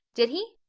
did he?